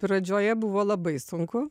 pradžioje buvo labai sunku